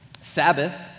Sabbath